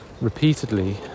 repeatedly